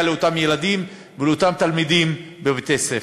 לאותם ילדים ולאותם תלמידים בבתי-הספר.